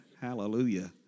hallelujah